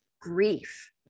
grief